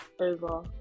over